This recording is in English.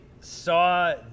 saw